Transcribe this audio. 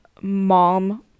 mom